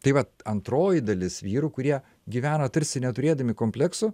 taip vat antroji dalis vyrų kurie gyvena tarsi neturėdami kompleksų